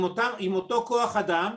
עם אותו כוח אדם.